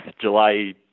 July